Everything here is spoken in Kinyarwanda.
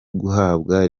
guhabwa